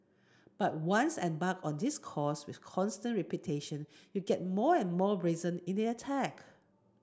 but once embarked on this course with constant repetition you get more and more brazen in the attack